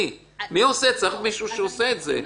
צריך מישהו שיעשה את זה.